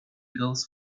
goals